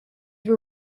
were